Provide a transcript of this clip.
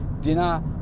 Dinner